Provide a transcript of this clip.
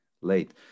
late